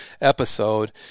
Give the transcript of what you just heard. episode